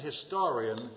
historian